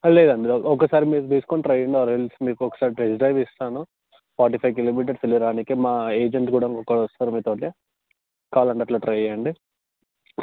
లేదు అండి లేదు ఒకసారి మీరు తీసుకొని ట్రయల్ ఆర్ ఎల్స్ ఒకసారి టెస్ట్ డ్రైవ్ ఇస్తాను ఫార్టీ ఫైవ్ కిలోమీటర్స్ వెళ్ళి రానీకి మా ఏజెంట్ కూడా ఒకరు వస్తారు మీతోటి కావాలి అంటే అట్లా ట్రై చేయండి